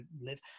live